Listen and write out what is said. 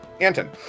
Anton